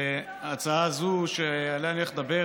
הצעה זו שעליה אני הולך לדבר